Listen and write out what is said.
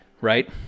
right